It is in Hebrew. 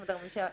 347,